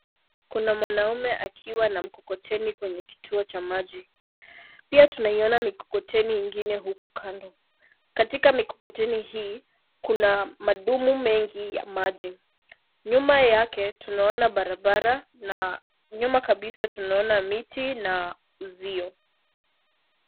Kuna mwanaume akiwa na mkokoteni kwenye kituo cha maji. Pia tunaiona mikokoteni ingine huku kando. Katika mikokoteni hii kuna madumu mengi ya maji. Nyuma yake tunaona barabara na nyuma kabisa tunaona miti na uzio.